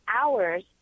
hours